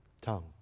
tongue